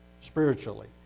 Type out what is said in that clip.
spiritually